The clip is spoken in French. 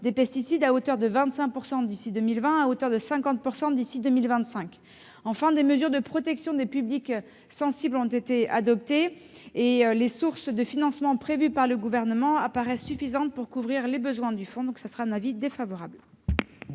des pesticides de 25 % d'ici à 2020 et de 50 % d'ici à 2025. Des mesures de protection des publics sensibles ont été adoptées. Les sources de financements prévues par le Gouvernement apparaissent suffisantes pour couvrir les besoins du fonds. L'avis est donc défavorable.